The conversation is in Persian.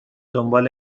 دنبال